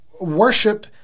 worship